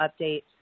updates